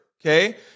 okay